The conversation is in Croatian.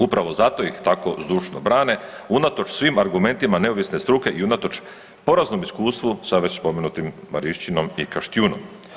Upravo zato ih tako zdušno brane unatoč svim argumentima neovisne struke i unatoč poraznom iskustvu sa već spomenutim Marišćinom i Kaštjunom.